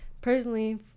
personally